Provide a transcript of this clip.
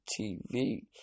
TV